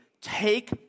take